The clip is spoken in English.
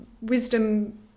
wisdom